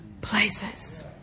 places